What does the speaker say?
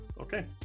Okay